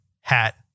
hat